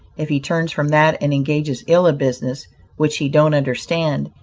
if he turns from that and engages ill a business which he don't understand,